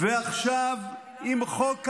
-- ועכשיו עם חוק הרבנים,